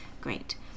Great